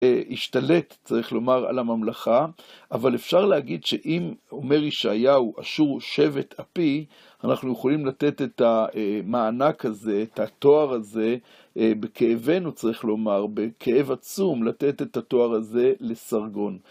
ישתלט, צריך לומר, על הממלכה, אבל אפשר להגיד שאם אומר ישעיהו אשור שבט אפי, אנחנו יכולים לתת את המענק הזה, את התואר הזה, בכאבנו, צריך לומר, בכאב עצום, לתת את התואר הזה לסרגון.